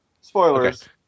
Spoilers